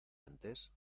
antes